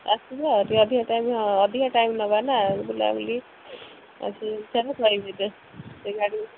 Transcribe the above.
ଆସିବା ଟିକେ ଅଧିକା ଟାଇମ୍ ହଁ ଅଧିକା ଟାଇମ୍ ନେବା ନା ଆଉ ବୁଲାବୁଲି ଆଉ ସେ ସାର୍ ମୁଁ କହିବି ଗୋଟିଏ ସେ ଗାଡ଼ି